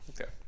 Okay